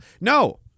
No